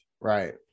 Right